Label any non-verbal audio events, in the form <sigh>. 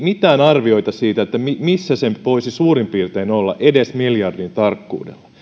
<unintelligible> mitään arvioita siitä missä se voisi suurin piirtein olla edes miljardin tarkkuudella